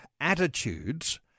attitudes